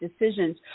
decisions